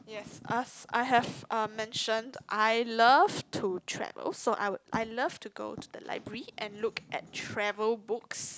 yes us I have um mentioned I love to travel so I would I love to go to the library and look at travel books